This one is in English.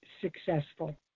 successful